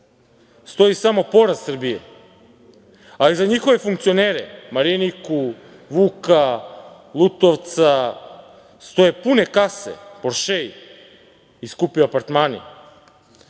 stoji samo poraz Srbije, ali za njihove funkcionere Mariniku, Vuka, Lutovca, stoje pune kase, poršei i skupi apartmani,